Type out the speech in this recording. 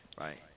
right